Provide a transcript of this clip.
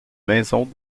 maison